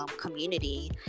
community